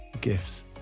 Gifts